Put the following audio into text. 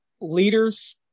leaders